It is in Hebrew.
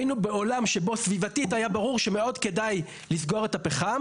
היינו בעולם שבו סביבתית היה ברור שמאוד כדאי לסגור את הפחם